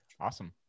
awesome